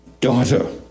daughter